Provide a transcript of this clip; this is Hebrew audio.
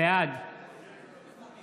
בעד